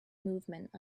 movement